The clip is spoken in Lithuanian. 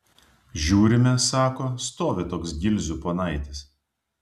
žiūrime sako stovi toks gilzių ponaitis